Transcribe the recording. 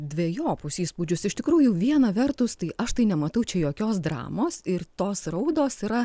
dvejopus įspūdžius iš tikrųjų viena vertus tai aš tai nematau čia jokios dramos ir tos raudos yra